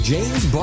James